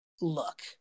Look